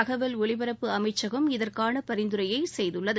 தகவல் ஒலிபரப்பு அமைச்சகம் இதற்கான பரிந்துரையை செய்துள்ளது